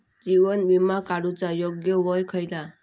जीवन विमा काडूचा योग्य वय खयला?